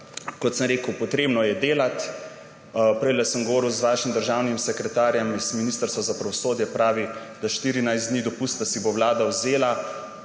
kot sem rekel, treba je delati. Prej sem govoril z vašim državnim sekretarjem na Ministrstva za pravosodje. Pravi, da si bo vlada vzela